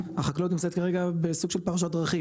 החקלאות נמצאת כרגע בסוג של פרשת דרכים,